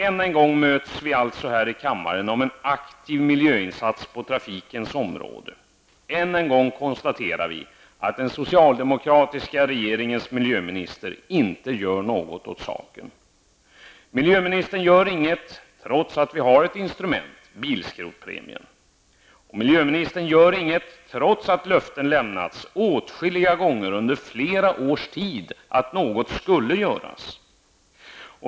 Än en gång möts vi alltså här i kammaren i en debatt om en aktiv miljöinsats på trafikens område. Än en gång konstaterar vi att den socialdemokratiska regeringens miljöminister inte gör något åt saken. Miljöministern gör inget trots att löften lämnats åtskilliga gånger under flera års tid om att något skulle göras.